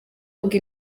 ahubwo